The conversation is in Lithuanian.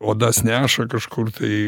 odas neša kažkur tai